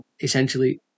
essentially